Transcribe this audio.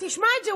תשמע את זה,